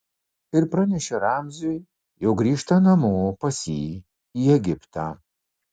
ir pranešė ramziui jog grįžta namo pas jį į egiptą